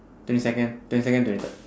twenty second twenty second twenty third